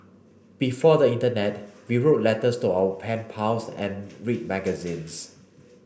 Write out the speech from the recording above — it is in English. before the internet we wrote letters to our pen pals and read magazines